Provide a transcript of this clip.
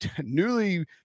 newly